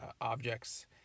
objects